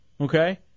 okay